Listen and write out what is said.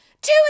two